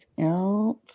out